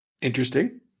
Interesting